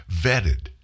vetted